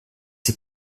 sie